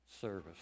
service